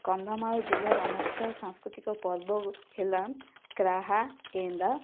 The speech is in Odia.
କନ୍ଧମାଳ ଜିଲ୍ଲାର ମୁଖ୍ୟ ସାଂସ୍କୃତିକ ପର୍ବ ହେଲା କ୍ରାହାଏନ୍ଦା